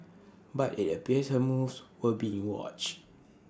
but IT appears her moves were being watched